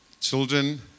children